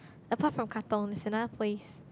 apart from Katong there's another place